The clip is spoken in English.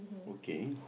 okay